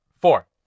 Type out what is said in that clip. Four